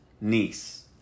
niece